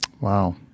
wow